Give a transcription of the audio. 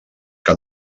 que